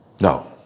No